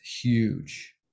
huge